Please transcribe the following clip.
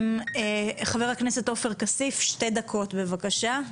חבר הכנסת עופר כסיף שתי דקות, בבקשה.